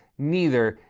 neither.